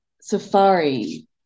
Safari